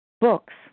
books